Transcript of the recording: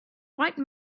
white